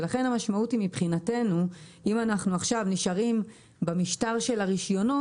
ולכן המשמעות היא מבחינתנו אם אנחנו עכשיו נשארים במשטר של הרישיונות,